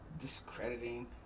discrediting